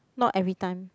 not everytime